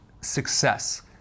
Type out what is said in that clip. success